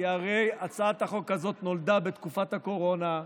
כי הרי הצעת החוק הזאת נולדה בתקופת הקורונה,